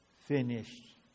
finished